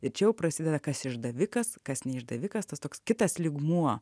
ir čia jau prasideda kas išdavikas kas ne išdavikas tas toks kitas lygmuo